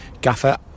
Gaffer